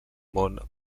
món